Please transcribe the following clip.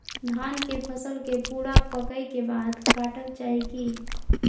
धान के फसल के पूरा पकै के बाद काटब चाही की?